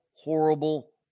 horrible